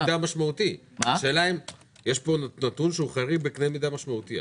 יש פה נתון חריג בקנה מידה משמעותי.